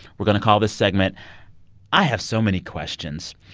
we're going to call this segment i have so many questions.